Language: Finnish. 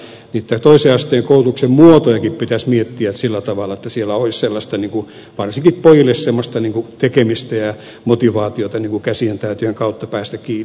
siellä niitä toisen asteen koulutuksen muotojakin pitäisi miettiä sillä tavalla että siellä olisi varsinkin pojille semmoista tekemistä ja motivaatiota käsien taitojen kautta päästä kiinni